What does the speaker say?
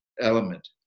element